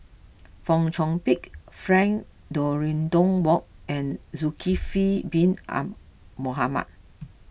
Fong Chong Pik Frank Dorrington Ward and Zulkifli Bin Mohamed